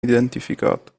identificato